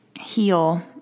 heal